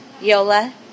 Yola